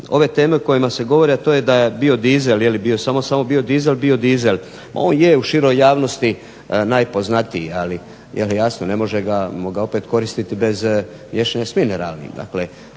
ove teme o kojima se govori, a to je da je biodizel je li bio samo i samo biodizel. On je u široj javnosti najpoznatiji, ali, jel jasno ne možemo ga opet koristiti bez miješanja s mineralnim.